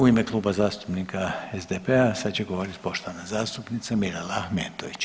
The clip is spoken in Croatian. U ime Kluba zastupnika SDP-a sad će govoriti poštovana zastupnica Mirela Ahmetović.